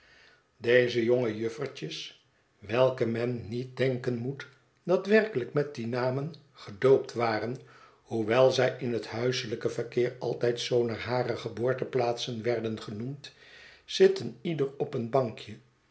deze jonge juffertjes welke men niet denken moet dat werkelijk met die namen gedoopt waren hoewel zij in het huiselijk verkeer altijd zoo naar hare geboorteplaatsen werden genoemd zitten ieder op een bankje